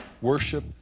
worship